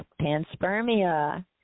panspermia